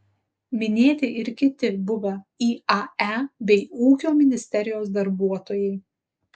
minėti ir kiti buvę iae bei ūkio ministerijos darbuotojai